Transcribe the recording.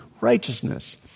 righteousness